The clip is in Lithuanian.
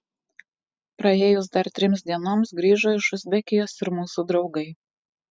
praėjus dar trims dienoms grįžo iš uzbekijos ir mūsų draugai